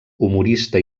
humorista